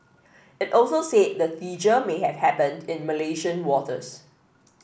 it also said the seizure may have happened in Malaysian waters